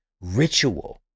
ritual